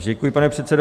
Děkuji, pane předsedo.